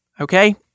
okay